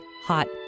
hot